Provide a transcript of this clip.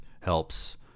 helps